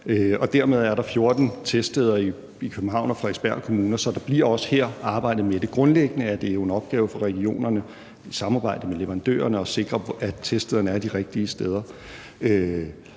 by. Dermed er der 14 teststeder i København og Frederiksbergs Kommuner, så der bliver også her arbejdet med det. Grundlæggende er det jo en opgave for regionerne i samarbejde med leverandørerne at sikre, at teststederne er de rigtige steder.